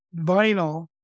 vinyl